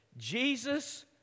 Jesus